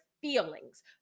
feelings